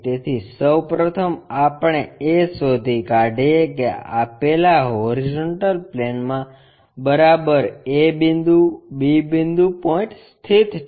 તેથી સૌ પ્રથમ આપણે એ શોધી કાઢીએ કે આપેલા હોરીઝોન્ટલ પ્લેનમાં બરાબર A બિંદુ B બિંદુ પોઇન્ટ સ્થિત છે